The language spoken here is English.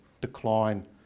decline